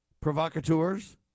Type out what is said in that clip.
Provocateurs